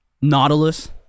Nautilus